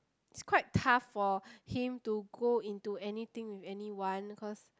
it's quite tough for him to go into anything with anyone because